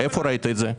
איפה ראית את זה?